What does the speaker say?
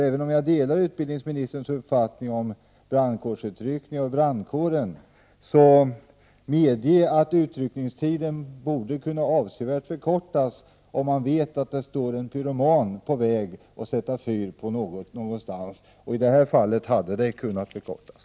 Även om jag delar utbildningsministerns uppfattning om brandkårsutryckningar och brandkåren, måste han medge att utryckningstiden borde kunna förkortas avsevärt, om man vet att en pyroman är på väg att sätta fyr på något. I det här fallet hade uttryckningstiden kunnat förkortas.